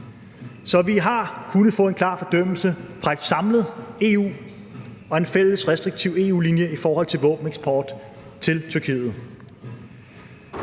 Så vi har kunnet få en klar fordømmelse fra et samlet EU og en fælles restriktiv EU-linje i forhold til våbeneksport til Tyrkiet.